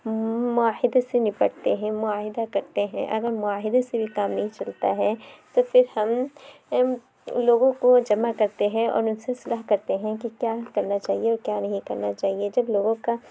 معاہدے سے نپٹتے ہیں معاہدہ کرتے ہیں اگر معاہدے سے بھی کام نہیں چلتا ہے تو پھر ہم لوگوں کو جمع کرتے ہیں اور ان سے صلاح کرتے ہیں کہ کیا کرنا چاہیے اور کیا نہیں کرنا چاہیے جب لوگوں کا